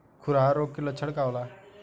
खुरहा रोग के लक्षण का होला?